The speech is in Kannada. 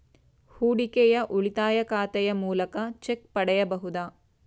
ಹೂಡಿಕೆಯ ಉಳಿತಾಯ ಖಾತೆಯ ಮೂಲಕ ಚೆಕ್ ಪಡೆಯಬಹುದಾ?